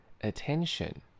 Attention